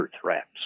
threats